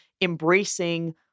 embracing